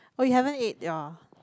oh you haven't eat your